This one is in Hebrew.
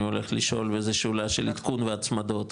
הולך לשאול וזה שאלה של עדכון והצמדות,